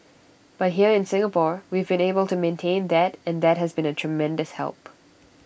but here in Singapore we've been able to maintain that and that has been A tremendous help